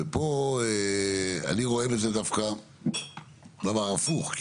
ופה אני רואה בזה דווקא נאמר הפוך.